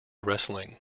wrestling